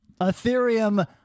Ethereum